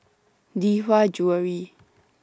Lee Hwa Jewellery